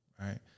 right